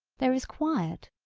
there is quiet,